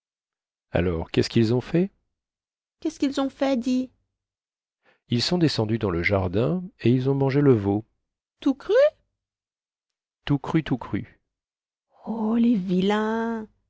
alors quest ce quils ont fait quest ce quils ont fait dis ils sont descendus dans le jardin et ils ont mangé le veau tout cru tout cru tout cru oh les vilains